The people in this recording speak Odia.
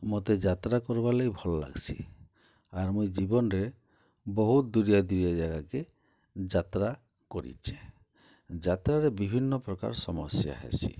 ମୋତେ ଯାତ୍ରା କର୍ବାର୍ଲାଗି ଭଲ୍ ଲାଗ୍ସି ଆର୍ ମୁଇଁ ଜୀବନ୍ରେ ବହୁତ୍ ଦୂରିଆ ଦୂରିଆ ଜାଗାକେ ଯାତ୍ରା କରିଚେଁ ଯାତ୍ରାରେ ବିଭିନ୍ନପ୍ରକାର୍ ସମସ୍ୟା ହେସି